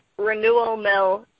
renewalmill